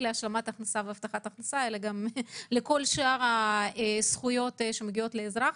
להשלמת הכנסה והבטחת הכנסה אלא לכל שאר הזכויות שמגיעות לאזרח.